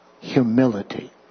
humility